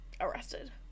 arrested